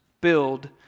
build